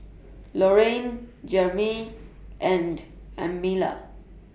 Lorrayne Jereme and Amalia